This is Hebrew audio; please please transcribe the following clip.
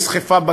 נסחפה?